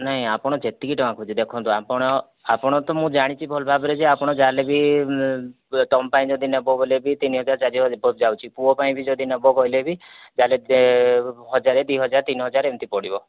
ନାଇଁ ଆପଣ ଯେତିକି ଟଙ୍କା ଖୋଜ ଦେଖନ୍ତୁ ଆପଣ ଆପଣ ତ ମୁଁ ଜାଣିଛି ଭଲ ଭାବରେ ଯେ ଆପଣ ଯାହେଲେ ବି ତମପାଇଁ ଯଦି ନେବ ବୋଲି କି ତିନି ହଜାର ଚାରି ହଜାର ଏଭବ ଯାଉଛି ପୁଅ ପାଇଁ ଯଦି ନେବ କହିଲେ ବି ଯାହାହେଲେ ହଜାର ଦୁଇ ହଜାର ତିନି ହଜାର ଏମିତି ପଡ଼ିବ